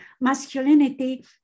Masculinity